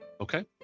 Okay